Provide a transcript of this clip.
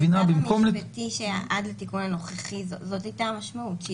במצב המשפטי עד לתיקון הנוכחי זו הייתה המשמעות.